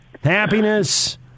Happiness